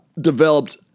developed